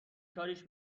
کاریش